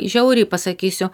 žiauriai pasakysiu